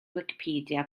wicipedia